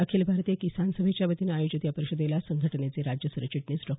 अखिल भारतीय किसान सभेच्या वतीनं आयोजित या परिषदेला संघटनेचे राज्य सरचिटणीस डॉ